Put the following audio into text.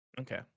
okay